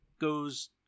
goes